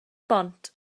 bont